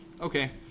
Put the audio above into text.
okay